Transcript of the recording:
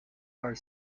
are